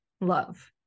love